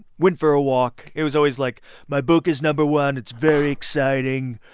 went for a walk it was always like my book is number one. it's very exciting.